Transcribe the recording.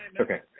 Okay